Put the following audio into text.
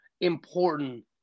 important